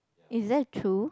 is that true